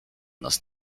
nas